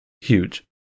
huge